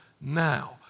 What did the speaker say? now